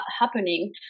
happening